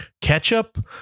Ketchup